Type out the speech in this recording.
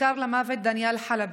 נדקר למוות דניאל חלבי.